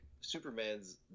superman's